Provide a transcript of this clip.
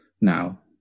now